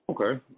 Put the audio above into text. Okay